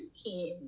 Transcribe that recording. skin